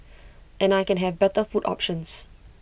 and I can have better food options